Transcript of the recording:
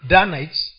Danites